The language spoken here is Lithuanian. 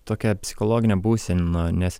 tokia psichologinė būsena nes